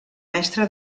mestre